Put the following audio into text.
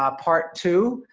ah part two.